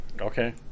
Okay